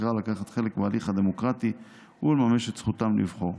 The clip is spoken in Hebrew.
הבחירה לקחת חלק בהליך הדמוקרטי ולממש את זכותם לבחור.